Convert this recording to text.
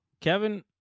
kevin